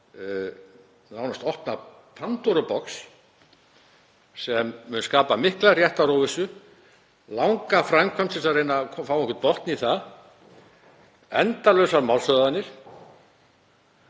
nánast opna pandórubox sem mun skapa mikla réttaróvissu, langa framkvæmd, til að reyna að fá einhvern botn í það, endalausar málshöfðanir.